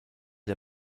der